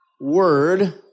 word